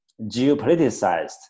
geopoliticized